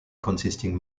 consisting